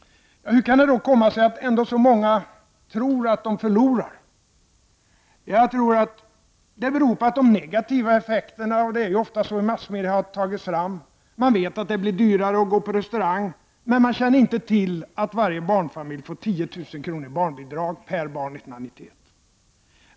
Hur kan det då komma sig att så många ändå tror att de förlorar? Jag tror att det beror på att de negativa effekterna har tagits fram. Det är ofta så i massmedia. Man vet att det blir dyrare att gå på restaurang, men man känner inte till att varje barnfamilj får 10000 kr. i barnbidrag per barn 1991.